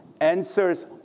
answers